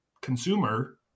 consumer